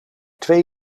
twee